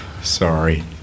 sorry